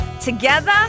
together